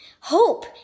hope